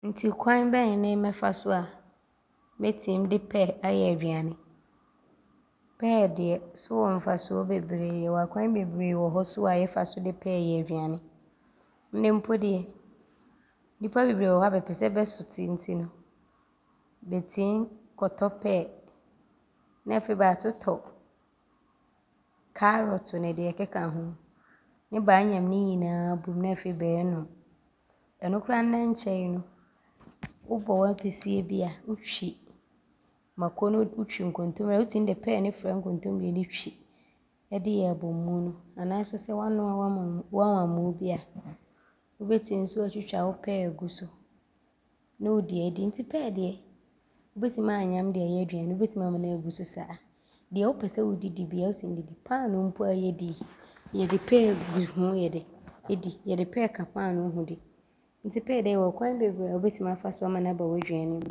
Nti kwan bɛn ne mɛfa so a mɛtim de pɛɛ bɛyɛ aduane. Pɛɛ deɛ so wɔ mfasoɔ bebree. Yɛwɔ akwan bebree wɔ hɔ so a yɛfa so de pɛɛ yɛ aduane. Nnɛ mpo deɛ, nnipa bebree wɔ hɔ a bɛpɛ sɛ bɛ so te nti bɛtim kɔtɔ pɛɛ ne afei bɛaatotɔ kaarɔto ne deɛ ɔkeka ho ne bɛaanyam ne nyinaa abom ne afei bɛɛnom. Ɔno koraa nna nkyɛne no, wobɔ w’apesie bi a, wotwi mako no ne nkontomire bi a, wotim de pɛɛ ne fra nkontomire no twi de yɛ abomu anaa so sɛ woanoa wo anwa mmoo bi a, wobɛtim so aatwitwa wo pɛɛ agu so ne wode adi nti pɛɛ deɛ wobɛtim aanyam de ayɛ aduane. Wobɛtim aama ne agu so saa. Deɛ wopɛ sɛ wode di biaa, wotim de di. Paano mpo a yɛdi yi, yɛde pɛɛ ka ho di. Yɛde pɛɛ ka paanoo ho di nti pɛɛ deɛ ɔwɔ akwan bebree a wobɛtim afa so ama ne aba w’aduane mu.